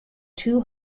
two